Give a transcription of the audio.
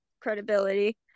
credibility